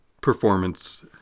performance